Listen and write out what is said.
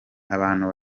abantu